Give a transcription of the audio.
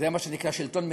זה מה שנקרא שלטון מדומיין,